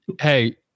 Hey